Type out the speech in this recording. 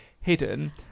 hidden